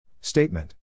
Statement